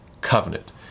covenant